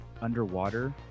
underwater